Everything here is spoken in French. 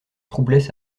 troublaient